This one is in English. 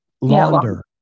Launder